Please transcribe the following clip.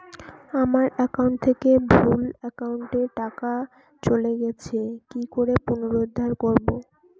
আমার একাউন্ট থেকে ভুল একাউন্টে টাকা চলে গেছে কি করে পুনরুদ্ধার করবো?